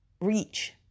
reach